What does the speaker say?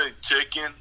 chicken